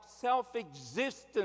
self-existence